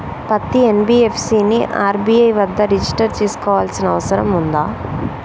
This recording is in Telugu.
పత్తి ఎన్.బి.ఎఫ్.సి ని ఆర్.బి.ఐ వద్ద రిజిష్టర్ చేసుకోవాల్సిన అవసరం ఉందా?